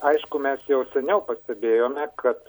aišku mes jau seniau pastebėjome kad